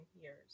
years